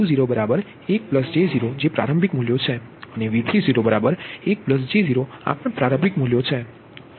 તો V21j0 જે પ્રારંભિક મૂલ્યો છે અને V31j0 આ પ્રારંભિક મૂલ્યો છે